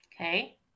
Okay